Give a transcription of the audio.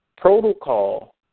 protocol